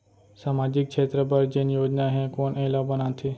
सामाजिक क्षेत्र बर जेन योजना हे कोन एला बनाथे?